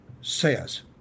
says